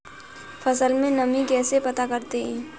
फसल में नमी कैसे पता करते हैं?